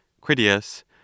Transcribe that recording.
Critias